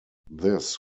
this